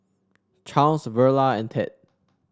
Charles Verla and Ted